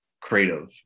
creative